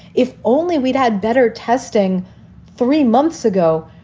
if only we'd had better testing three months ago,